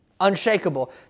unshakable